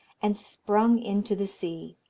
and sprung into the sea,